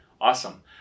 awesome